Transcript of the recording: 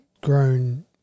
grown